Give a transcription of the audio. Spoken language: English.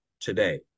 today